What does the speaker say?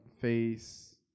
face